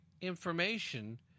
information